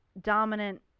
dominant